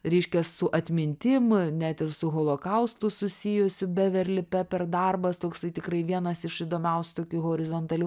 reiškia su atmintim net ir su holokaustu susijusių beverli peper darbas toksai tikrai vienas iš įdomiausių tokių horizontalių